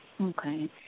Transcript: Okay